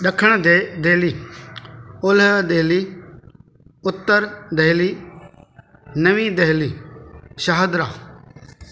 ॾखिण डैली ओलह डैली उत्तर डैलही नवी डैहली शाहदरा